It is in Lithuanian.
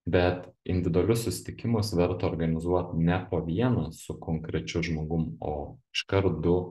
bet individualius susitikimus verta organizuot ne po vieną su konkrečiu žmogum o iškart du